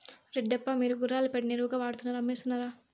రెడ్డప్ప, మీరు గుర్రాల పేడని ఎరువుగా వాడుతున్నారా అమ్మేస్తున్నారా